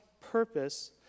purpose